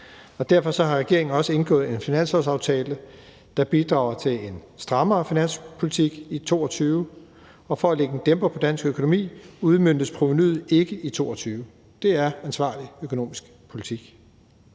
derfor har regeringen også indgået en finanslovsaftale, der bidrager til en strammere finanspolitik i 2022, og for at lægge en dæmper på dansk økonomi udmøntes provenuet ikke i 2022. Det er ansvarlig økonomisk politik.